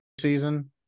season